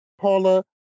Paula